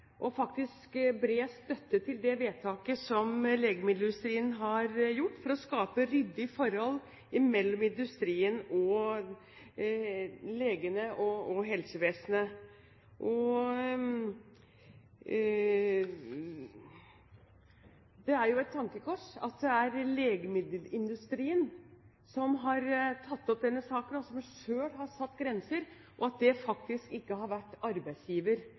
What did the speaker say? og faktisk bred støtte til det vedtaket som legemiddelindustrien har gjort for å skape ryddige forhold mellom industrien og legene og helsevesenet. Det er et tankekors at det er legemiddelindustrien som har tatt opp denne saken og som selv har satt grenser, og at det faktisk ikke har vært arbeidsgiver